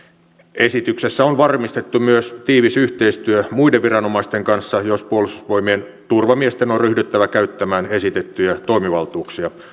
esityksessä on varmistettu myös tiivis yhteistyö muiden viranomaisten kanssa jos puolustusvoimien turvamiesten on ryhdyttävä käyttämään esitettyjä toimivaltuuksia